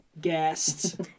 guest